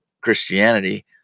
Christianity